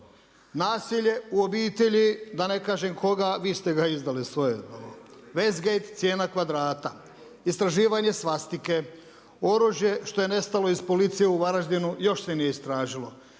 nasilje u obitelji da ne kažem koga, vi ste ga izdali …, Westgate cijena kvadrata, istraživanje svasitke, oružje što je nestalo iz policije u Varaždinu još se nije istražilo,